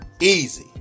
easy